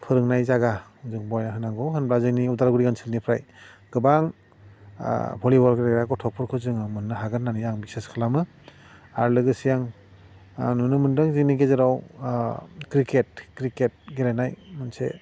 फोरोंनाय जायगा जों बानायना होनांगौ होम्बा जोंनि उदालगुरि ओनसोलनिफ्राय गोबां भलिबल गेलेग्रा गथ'फोरखौ जोङो मोन्नो हागोन होन्नानै आं बिसास खालामो आरो लोगोसे आं नुनो मोनदों जोंनि गेजेराव क्रिकेट क्रिकेट गेलेनाय मोनसे